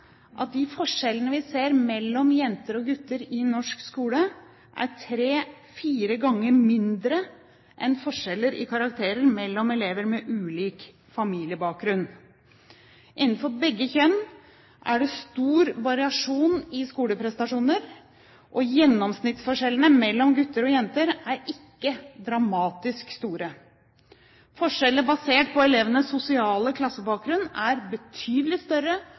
at de forskjellene vi ser mellom jenter og gutter i norsk skole, er tre–fire ganger mindre enn forskjeller i karakterer mellom elever med ulik familiebakgrunn. Innenfor begge kjønn er det stor variasjon i skoleprestasjoner, og gjennomsnittsforskjellene mellom gutter og jenter er ikke dramatisk store. Forskjeller basert på elevenes sosiale klassebakgrunn er betydelig større,